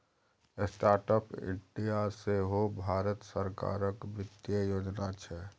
startup India सेहो भारत सरकारक बित्तीय योजना छै